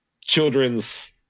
children's